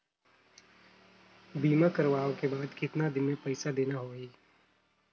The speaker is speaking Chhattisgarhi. बीमा करवाओ के बाद कतना दिन मे पइसा देना हो ही?